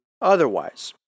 otherwise